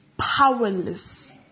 powerless